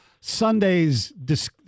Sunday's